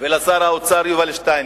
ולשר האוצר יובל שטייניץ,